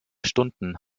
stunden